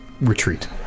retreat